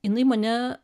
jinai mane